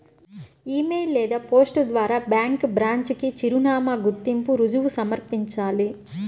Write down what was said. ఇ mail లేదా post ద్వారా bank branch కి చిరునామా, గుర్తింపు రుజువు సమర్పించాలి